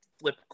flip